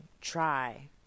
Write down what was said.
try